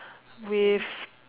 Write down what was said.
with